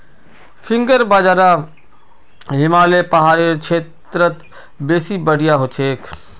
finger बाजरा हिमालय पहाड़ेर क्षेत्रत बेसी बढ़िया हछेक